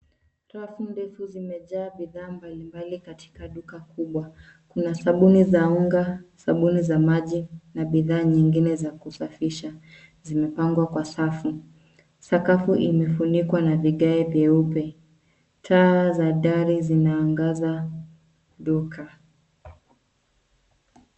Rafu ndefu zimejaa bidhaa mbalimbali katika duka kubwa. Kuna sabuni za unga, sabuni za maji na bidhaa nyingine za kusafisha zimepangwa kwa safu. Sakafu imefunikwa na vigae vyeupe. Taa za dari zimeangaza duka.